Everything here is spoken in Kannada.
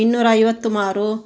ಇನ್ನೂರ ಐವತ್ತು ಮಾರು